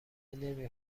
نمی